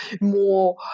more